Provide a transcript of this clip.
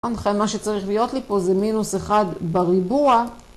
מה שצריך להיות לי פה זה מינוס אחד בריבוע